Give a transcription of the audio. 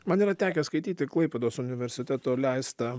man yra tekę skaityti klaipėdos universiteto leistą